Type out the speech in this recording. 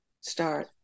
start